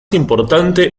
importante